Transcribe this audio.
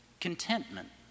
contentment